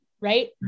right